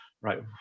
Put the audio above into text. right